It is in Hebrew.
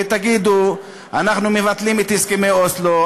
תגידו: אנחנו מבטלים את הסכמי אוסלו,